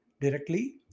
directly